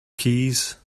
keys